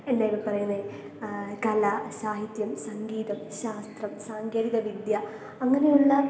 എന്തായിപ്പം പറയുന്നത് കല സാഹിത്യം സംഗീതം ശാസ്ത്രം സാങ്കേതിക വിദ്യ അങ്ങനെയുള്ള